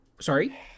Sorry